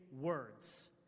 words